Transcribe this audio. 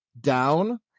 down